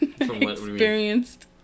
experienced